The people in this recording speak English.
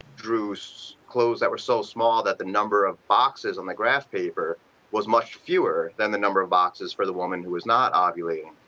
drew so clothes that were so small that the number of boxes on the graph paper was much fewer than the number of boxes for the woman who is not um ovulating.